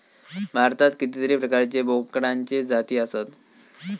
भारतात कितीतरी प्रकारचे बोकडांचे जाती आसत